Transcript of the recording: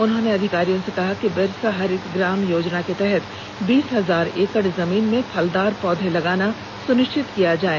उन्होंने अधिकारियों से कहा कि बिरसा हरित ग्राम योजना के तहत बीस हजार एकड़ जमीन में फलदार पौधे लगाना सुनिश्चित किया जाए